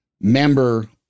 member